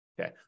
okay